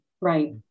right